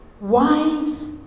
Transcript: Wise